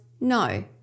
no